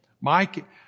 Mike